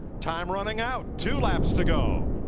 time running out. two laps to go.